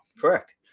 Correct